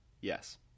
yes